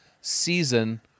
season